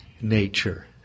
nature